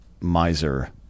miser